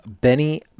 Benny